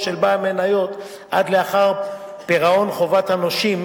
של בעל מניות עד לאחר פירעון חובות הנושים